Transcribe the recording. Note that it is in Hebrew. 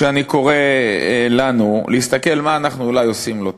אני קורא לנו להסתכל מה אנחנו אולי עושים לא טוב.